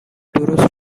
درست